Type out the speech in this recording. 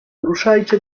ruszajcie